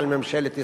על ממשלת ישראל.